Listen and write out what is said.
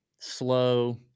slow